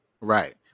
right